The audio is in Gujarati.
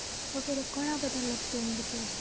વગેરે ઘણાં બધા લોકપ્રિય નૃત્ય છે